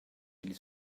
ils